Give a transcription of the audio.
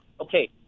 Okay